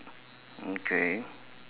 okay